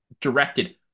directed